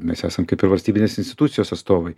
mes esam kaip ir valstybinės institucijos atstovai